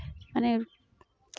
ᱢᱟᱱᱮ